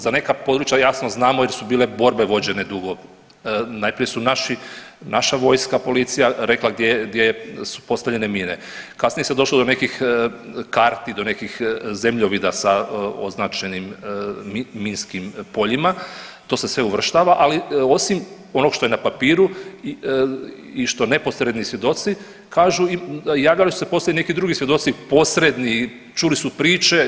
Za neka područja jasno znamo jer su bile borbe vođene dugo, najprije je naša vojska, policija rekla gdje su postavljene mine, kasnije se došlo do nekih karti, do nekih zemljovida sa označenim minskim poljima to se sve uvrštava, ali osim onog što je na papiru i što neposredni svjedoci kažu javljali su se poslije i neki drugi svjedoci posredni, čuli su priče.